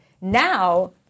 Now